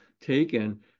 taken